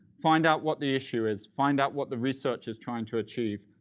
find out what the issue is, find out what the research is trying to achieve,